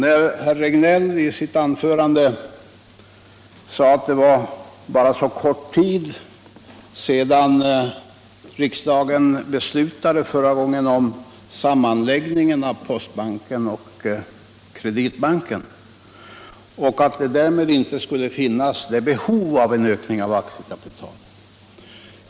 Herr Regnéll sade i sitt anförande att det var så kort tid sedan riksdagen beslutade om en sammanläggning av Postbanken och Kreditbanken att det inte borde finnas något behov av en ökning av aktiekapitalet.